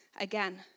again